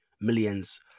millions